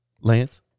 Lance